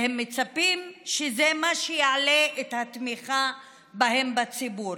והם מצפים שזה מה שיעלה את התמיכה בהם בציבור,